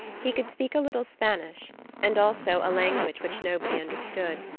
he could speak a little spanish, and also a language which nobody understood,